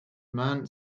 man